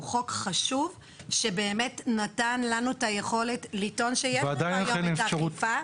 חוק חשוב שבאמת נתן לנו את היכולת לטעון שיש לנו היום את האכיפה,